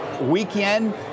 Weekend